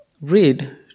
read